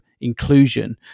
inclusion